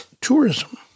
tourism